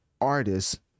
artists